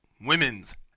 women's